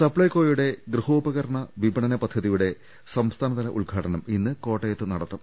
സപ്ലൈകോയുടെ ഗൃഹോപകരണ വിപണന പദ്ധതിയുടെ സംസ്ഥാനതല ഉദ്ഘാടനം ഇന്ന് കോട്ടയത്ത് നടത്തും